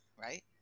right